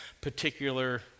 particular